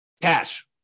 Cash